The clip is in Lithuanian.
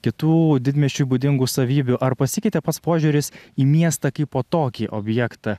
kitų didmiesčiui būdingų savybių ar pasikeitė pats požiūris į miestą kaipo tokį objektą